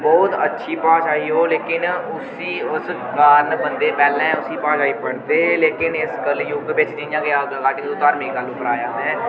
बोह्त अच्छी भाशा ही ओह् लेकिन उसी उस कारण बन्दे पैह्लें उसी भाशा गी पढ़दे हे लेकिन इस कलयुग बिच्च जियां कि अकोर्डिंग तो धार्मिक गल्ल उप्पर आया में